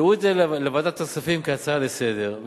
זה להוריד את זה לוועדת הכספים כהצעה לסדר,